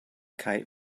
kite